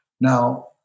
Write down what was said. Now